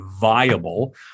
viable